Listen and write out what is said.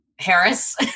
Harris